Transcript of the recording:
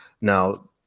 now